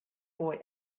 boy